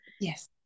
Yes